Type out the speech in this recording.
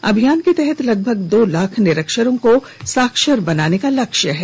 इस अभियान के तहत लगभग दो लाख निरक्षरों को साक्षर बनाने का लक्ष्य है